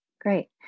Great